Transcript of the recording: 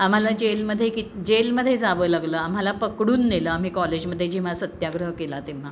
आम्हाला जेलमध्ये कि जेलमध्ये जावं लागलं आम्हाला पकडून नेलं आम्ही कॉलेजमध्ये जेव्हा सत्याग्रह केला तेव्हा